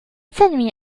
تنوي